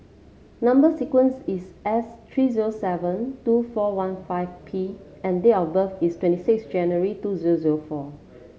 number sequence is S three zero seven two four one five P and date of birth is twenty six January two zero zero four